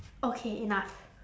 okay enough